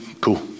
Cool